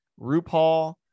RuPaul